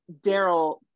Daryl